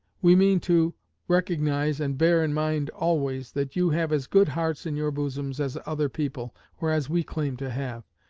we mean to recognize and bear in mind always, that you have as good hearts in your bosoms as other people, or as we claim to have,